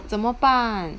怎么办